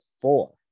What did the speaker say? four